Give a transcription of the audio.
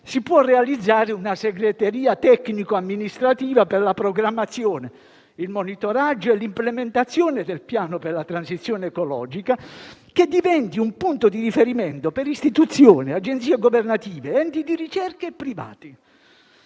si può realizzare una segreteria tecnico-amministrativa per la programmazione, il monitoraggio e l'implementazione del Piano per la transizione ecologica, che diventi un punto di riferimento per istituzioni, agenzie governative, enti di ricerca e privati.